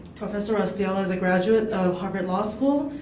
professor raustiala is a graduate of harvard law school,